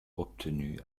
obtenus